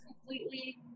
completely